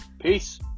Peace